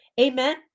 Amen